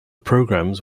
programmes